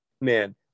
man